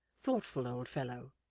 thoughtful old fellow,